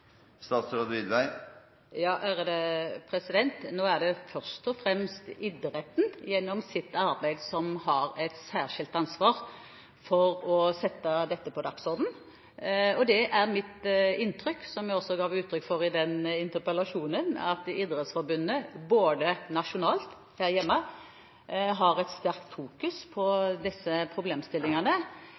Nå er det først og fremst idretten gjennom sitt arbeid som har et særskilt ansvar for å sette dette på dagsordenen. Det er mitt inntrykk – som jeg også ga uttrykk for i interpellasjonen – at Idrettsforbundet nasjonalt, her hjemme, har et sterkt fokus på disse problemstillingene,